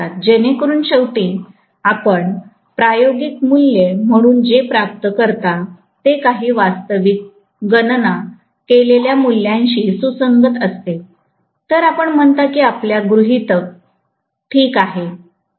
जेणे करून शेवटी आपण प्रायोगिक मूल्ये म्हणून जे प्राप्त करता ते काही वास्तविक गणना केलेल्या मूल्यांशी सुसंगत असते तर आपण म्हणता की आपल्या गृहितक ठीक आहेत